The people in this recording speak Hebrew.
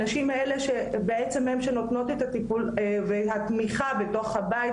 הנשים האלה שבעצם נותנות את הטיפול והתמיכה בתוך הבית,